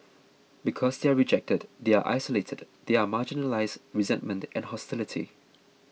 because they are rejected they are isolated they are marginalised resentment and hostility